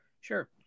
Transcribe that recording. Sure